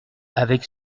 avec